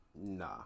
Nah